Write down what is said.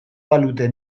balute